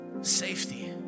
safety